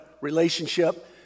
relationship